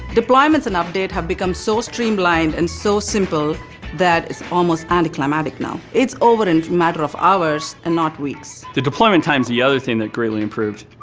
deployments in update have become so streamlined and so simple that it's almost anti-climatic now. it's over in a matter of hours and not weeks. the deployment time's the other thing that greatly improved.